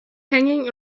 hanging